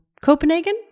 Copenhagen